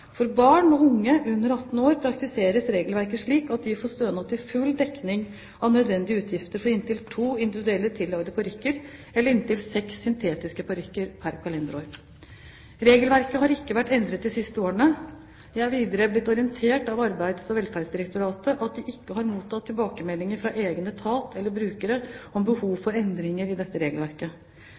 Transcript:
For barn og unge under 18 år praktiseres regelverket slik at de får stønad til full dekning av nødvendige utgifter for inntil to individuelle tillagede parykker eller inntil seks syntetiske parykker pr. kalenderår. Regelverket har ikke vært endret de siste årene. Jeg er videre blitt orientert av Arbeids- og velferdsdirektoratet om at de ikke har mottatt tilbakemeldinger fra egen etat eller brukere om behov for endringer i dette regelverket.